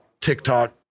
TikTok